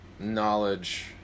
Knowledge